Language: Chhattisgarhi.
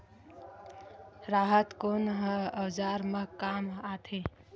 राहत कोन ह औजार मा काम आथे?